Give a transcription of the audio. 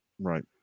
Right